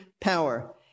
power